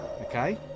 Okay